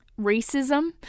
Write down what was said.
racism